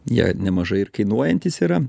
jie nemažai ir kainuojantys yra